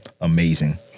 amazing